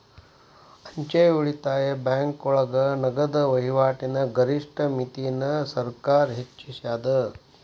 ಅಂಚೆ ಉಳಿತಾಯ ಬ್ಯಾಂಕೋಳಗ ನಗದ ವಹಿವಾಟಿನ ಗರಿಷ್ಠ ಮಿತಿನ ಸರ್ಕಾರ್ ಹೆಚ್ಚಿಸ್ಯಾದ